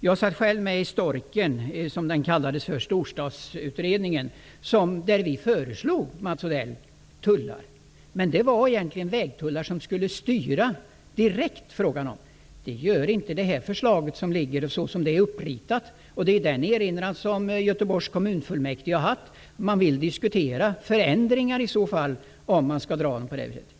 Jag satt med i Storken, Storstadsutredningen, där vi föreslog vägtullar. Men det var fråga om vägtullar som direkt skulle styra. Det handlar det inte om i det här förslaget som det ser ut. Det är den erinran som Göteborgs kommunfullmäktige haft. Man vill diskutera förändringar.